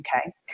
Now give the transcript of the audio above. okay